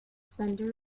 sender